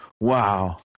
Wow